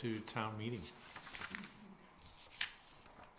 to town meeting